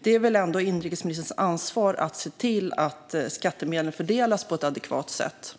Det är väl ändå inrikesministerns ansvar att se till att skattemedlen fördelas på ett adekvat sätt.